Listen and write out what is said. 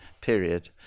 period